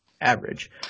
average